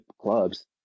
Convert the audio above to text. clubs